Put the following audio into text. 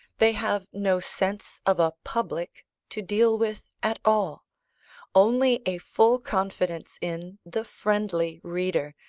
they have no sense of a public to deal with, at all only a full confidence in the friendly reader,